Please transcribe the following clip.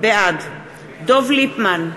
בעד דב ליפמן,